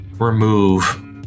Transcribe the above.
remove